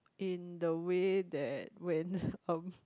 in the way that when um